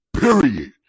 period